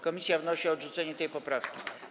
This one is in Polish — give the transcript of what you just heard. Komisja wnosi o odrzucenie tej poprawki.